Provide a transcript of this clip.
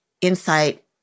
insight